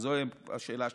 שזו השאלה שלך,